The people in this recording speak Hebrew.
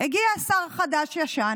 הגיע שר חדש-ישן